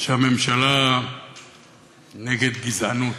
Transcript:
שהממשלה נגד גזענות,